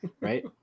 right